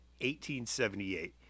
1878